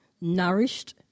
nourished